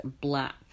...black